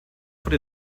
wurde